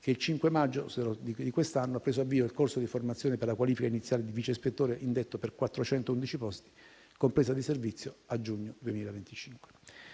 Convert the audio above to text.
il 5 maggio 2024 ha preso avvio il corso di formazione per la qualifica iniziale di vice ispettore indetto per 411 posti, con presa di servizio effettiva a giugno 2025.